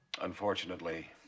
Unfortunately